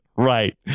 Right